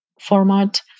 format